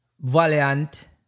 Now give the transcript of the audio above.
Valiant